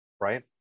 right